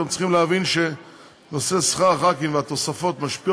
צריך להבין שנושא שכר חברי הכנסת והתוספות משפיע